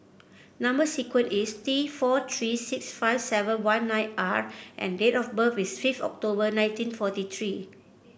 number sequence is T four three six five seven one nine R and date of birth is fifth October nineteen forty three